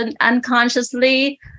unconsciously